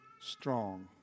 strong